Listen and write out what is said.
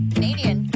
Canadian